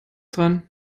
dran